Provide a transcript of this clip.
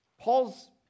Paul's